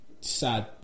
sad